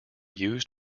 used